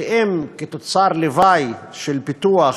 ואם כתוצר לוואי של פיתוח